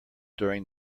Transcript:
during